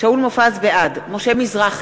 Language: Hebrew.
בעד משה מזרחי,